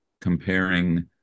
comparing